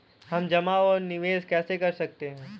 हम जमा और निवेश कैसे कर सकते हैं?